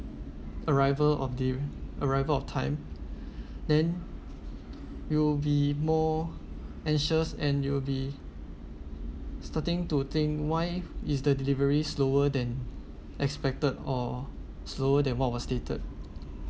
arrival on the arrival of time then you'll be more anxious and you'll be starting to think why is the delivery slower than expected or slower than what was stated